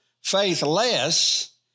Faithless